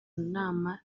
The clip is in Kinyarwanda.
nama